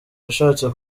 yashatse